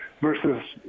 versus